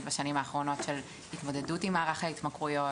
בשנים האחרונות של התמודדות עם מערך ההתמכרויות.